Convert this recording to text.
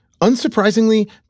Unsurprisingly